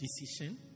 decision